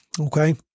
okay